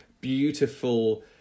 beautiful